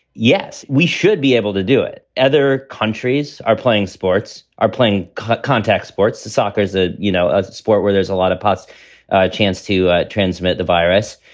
yes, we should be able to do it. other countries are playing sports, are playing contact. sports to soccer is ah you know a sport where there's a lot of but ah chance to ah transmit the virus.